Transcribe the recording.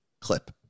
clip